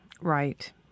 Right